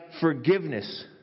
forgiveness